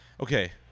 okay